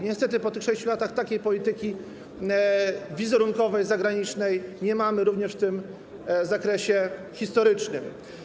Niestety po tych 6 latach takiej polityki wizerunkowej, zagranicznej nie mamy również w tym zakresie historycznym.